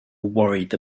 worried